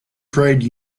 trade